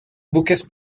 buques